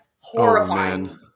horrifying